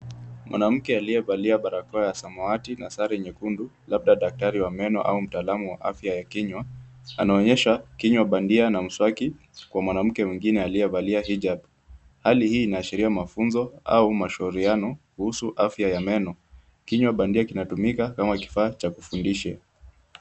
Mwanamke aliyevalia barakoa ya samawati na sare nyekundu, labda daktari wa meno au mtaalamu wa afya ya kinywa, anaonyesha kinywa bandia na mswaki kwa mwanamke mwingine aiyevalia hijab . Hali hii inaashiria mafunzo au mashauriano kuhusu afya ya meno. Kinywa bandia kinatumika kama kifaa cha kufundishia.